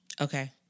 Okay